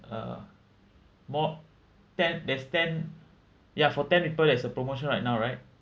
uh mor~ ten there's ten ya for ten people there's a promotion right now right